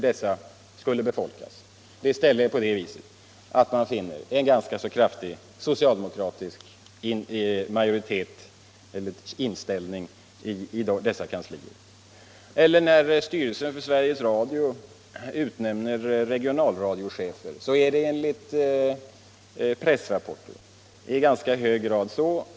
I stället finner man i dessa kanslier en ganska så kraftig socialdemokratisk inställning. Ett annat exempel är de lokalradiochefer som styrelsen för Sveriges Radio utnämnt. De står enligt pressrapporter regeringen nära.